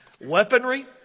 Weaponry